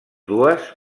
dues